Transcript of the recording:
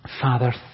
Father